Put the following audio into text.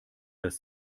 dass